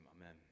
amen